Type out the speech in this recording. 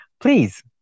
please